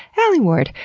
alie ward,